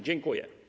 Dziękuję.